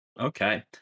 Okay